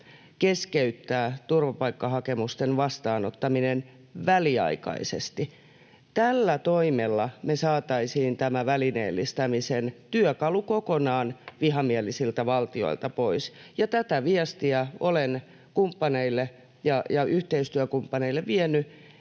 keskeyttää turvapaikkahakemusten vastaanottaminen väliaikaisesti. Tällä toimella me saisimme tämän välineellistämisen työkalun vihamielisiltä valtioilta kokonaan pois. Tätä viestiä olen kumppaneille ja yhteistyökumppaneille vienyt,